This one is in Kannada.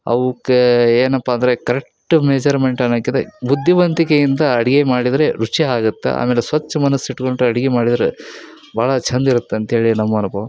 ಅವಕ್ಕೆ ಏನಪ್ಪ ಅಂದರೆ ಕರೆಕ್ಟ್ ಮೇಝರ್ಮೆಂಟ್ ಅನ್ನೋಕ್ಕಿಂತ ಬುದ್ಧಿವಂತಿಕೆಯಿಂದ ಅಡುಗೆ ಮಾಡಿದರೆ ರುಚಿ ಆಗತ್ತೆ ಆಮೇಲೆ ಸ್ವಚ್ಛ ಮನಸ್ಸು ಇಟ್ಕೊಂಡು ಅಡುಗೆ ಮಾಡಿದ್ರೆ ಭಾಳ ಚಂದಿರುತ್ತೆ ಅಂತೇಳಿ ನಮ್ಮ ಅನುಭವ